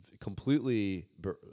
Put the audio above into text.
completely